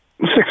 Six